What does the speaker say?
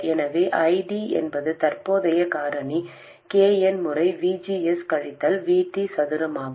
எனவே I D என்பது தற்போதைய காரணி K n முறை V G S கழித்தல் V T சதுரமாகும்